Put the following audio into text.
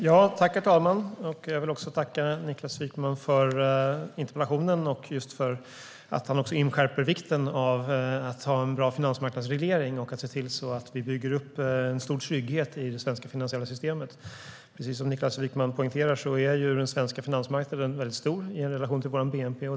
Herr talman! Jag tackar Niklas Wykman för interpellationen och för att han också inskärper vikten av att vi ska ha en bra finansmarknadsreglering och se till att vi bygger upp en stor trygghet i det svenska finansiella systemet. Precis som Niklas Wykman poängterar är den svenska finansmarknaden mycket stor i relation till vår bnp.